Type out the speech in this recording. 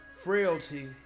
Frailty